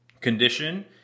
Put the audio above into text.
condition